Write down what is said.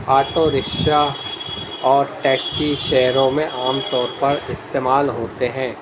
auto rickshaw اور taxi شہروں میں عام طور پر استعمال ہوتے ہیں